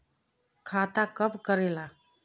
खाता कब करेला?